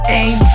aim